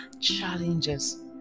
challenges